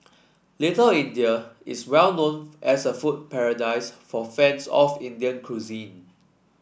Little India is well known as a food paradise for fans of Indian cuisine